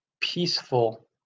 peaceful